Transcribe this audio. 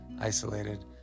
isolated